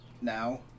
now